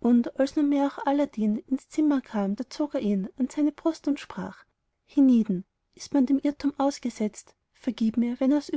und als nunmehr auch aladdin ins zimmer kam da zog er ihn an seine brust und sprach hienieden ist man dem irrtum ausgesetzt vergib mir wenn aus